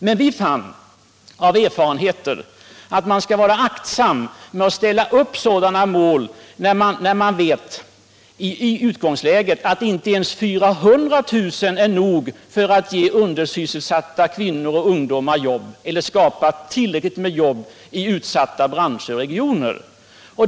Men vi fann av våra erfarenheter att man skall vara aktsam med att ställa upp sådana mål, när man i utgångsläget vet att inte ens 400 000 nya jobb är nog för att ge undersysselsatta kvinnor och ungdomar arbete eller för att skaffa tillräckligt med jobb i utsatta branscher och regioner.